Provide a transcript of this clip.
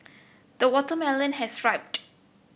the watermelon has ripened